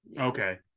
Okay